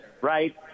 right